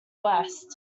west